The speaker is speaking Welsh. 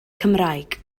cymraeg